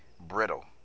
brittle